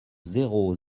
zéro